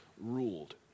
ruled